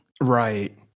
Right